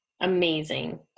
Amazing